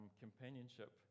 companionship